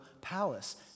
palace